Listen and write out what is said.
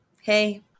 Hey